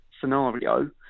scenario